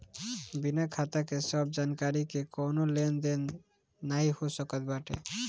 बिना खाता के सब जानकरी के कवनो लेन देन नाइ हो सकत बाटे